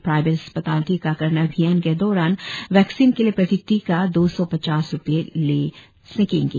private अस्पताल टीकाकरण अभियान के दौरान वैक्सीन के लिए प्रति टीका दो सौ पचास रूपये ले सकेंगे